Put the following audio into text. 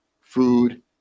food